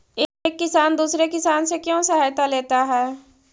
एक किसान दूसरे किसान से क्यों सहायता लेता है?